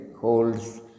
holds